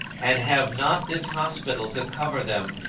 and have not this hospital to cover them,